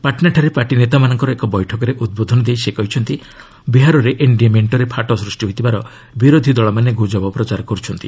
ପାଟ୍ନାଠାରେ party ନେତାମାନଙ୍କର ଏକ ବୈଠକରେ ଉଦ୍ବୋଧନ ଦେଇ ସେ କହିଛନ୍ତି ବିହାରରେ ଏନ୍ଡିଏ ମେଣ୍ଟରେ ଫାଟ ସୃଷ୍ଟି ହୋଇଥିବାର ବିରୋଧୀ ଦଳମାନେ ଗୁଜବ ପ୍ରଚାର କରୁଛନ୍ତି